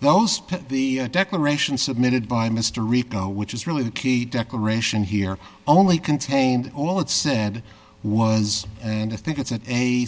well spent the declaration submitted by mr rico which is really the key declaration here only contained all it said was and i think it's an eight